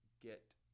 get